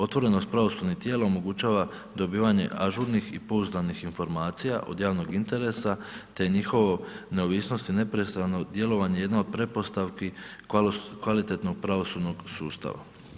Otvorenost pravosudnih tijela omogućava dobivanje ažurnih i pouzdanih informacija od javnog interesa te njihovo neovisnost i nepristrano djelovanje, jedno od pretpostavki kvalitetnog pravosudnog sustava.